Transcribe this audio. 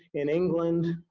in england.